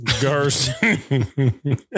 Garson